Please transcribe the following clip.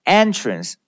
entrance